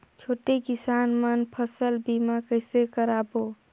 छोटे किसान मन फसल बीमा कइसे कराबो?